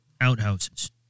outhouses